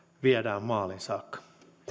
viedään maaliin saakka